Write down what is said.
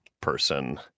person